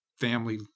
family